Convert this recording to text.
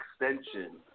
extension